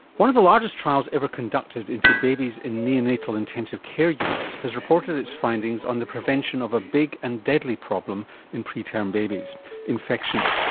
one of the largest trials ever conducted into babies in neonatal intensive care units has reported its findings on the prevention of a big and deadly problem in preterm babies infection.